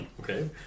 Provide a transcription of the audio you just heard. Okay